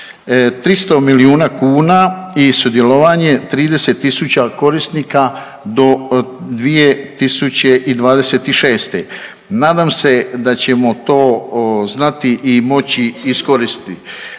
300 milijuna kuna i sudjelovanje 30.000 korisnika do 2026., nadam se da ćemo to znati i moći iskoristiti.